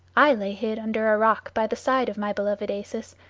i lay hid under a rock by the side of my beloved acis,